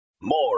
More